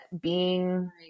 being-